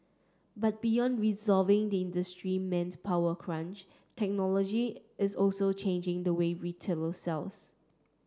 but beyond resolving the industry manpower crunch technology is also changing the way retailer sells